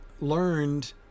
learned